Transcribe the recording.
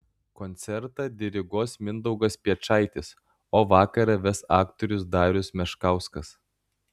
koncertą diriguos mindaugas piečaitis o vakarą ves aktorius darius meškauskas